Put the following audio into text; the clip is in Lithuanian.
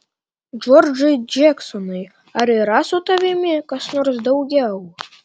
džordžai džeksonai ar yra su tavimi kas nors daugiau